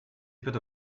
bitte